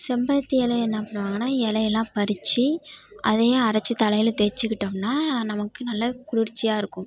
செம்பருத்தி இலைய என்ன பண்ணுவாங்கனால் இலையலாம் பறிச்சு அதையும் அரைச்சி தலையில் தேய்ச்சிக்கிட்டோம்னா நமக்கு நல்லா குளிர்ச்சியாகருக்கும்